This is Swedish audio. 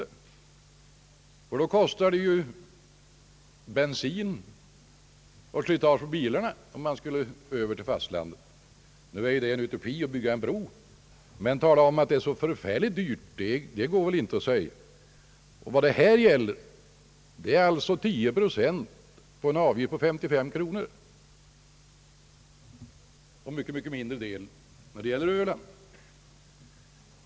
Då får man ju räkna med kostnader för bensin och slitage på bilarna. För övrigt är resonemanget om att bygga en bro i detta fall en utopi. Påståendet att det är så förfärligt dyrt att åka till fastlandet är väl heller inte riktigt. Det gäller en avgift av 10 procent på 55 kronor — mycket mindre när det gäller Öland.